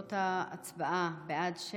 תוצאות ההצבעה: בעד,